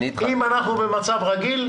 אם אנחנו במצב רגיל,